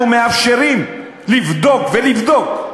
אנחנו מאפשרים לבדוק ולבדוק.